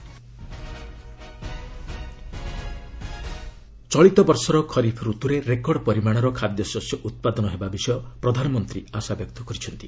PM କୃଷି କୁମ୍ଭ ଚଳିତବର୍ଷର ଖରିଫ୍ ରତୁରେ ରେକର୍ଡ଼ ପରିମାଶର ଖାଦ୍ୟଶସ୍ୟ ଉତ୍ପାଦନ ହେବା ବିଷୟ ପ୍ରଧାନମନ୍ତ୍ରୀ ଆଶାବ୍ୟକ୍ତ କରିଛନ୍ତି